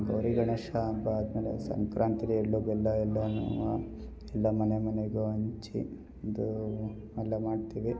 ಗೌರಿ ಗಣೇಶ ಹಬ್ಬ ಆದ್ಮೇಲೆ ಸಂಕ್ರಾಂತಿದೆ ಎಳ್ಳು ಬೆಲ್ಲ ಎಲ್ಲನೂ ಎಲ್ಲ ಮನೆ ಮನೆಗೂ ಹಂಚಿ ಇದೂ ಎಲ್ಲ ಮಾಡ್ತೀವಿ